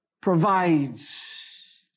provides